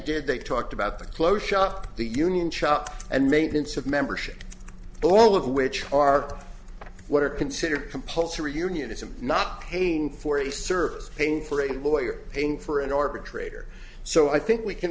did they talked about the close up the union shop and maintenance of membership all of which are what are considered compulsory unionism not paying for a service paying for a lawyer paying for an arbitrator so i think we can